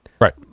Right